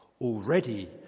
already